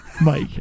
Mike